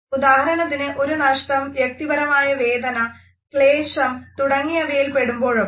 ഉദാഹരണത്തിന് ഒരു നഷ്ടം വ്യക്തിപരമായ വേദന ക്ലേശം തുടങ്ങിയവയിൽ പെടുമ്പോഴൊക്കെ